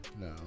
No